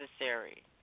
necessary